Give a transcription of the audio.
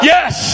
Yes